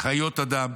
חיות אדם.